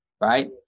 right